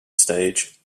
stage